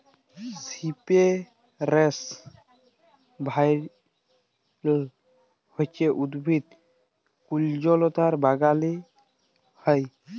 সিপেরেস ভাইল হছে উদ্ভিদ কুল্জলতা বাগালে হ্যয়